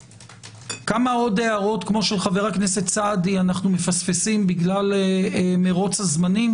כמה עוד הערות של חבר הכנסת סעדי אנחנו מפספסים בגלל מרוץ הזמנים